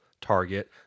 Target